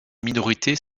minorités